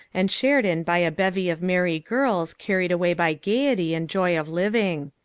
and shared in by a bevy of merry girls carried away by gaiety and joy of living.